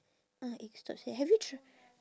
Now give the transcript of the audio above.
ah egg stop sa~ have you tr~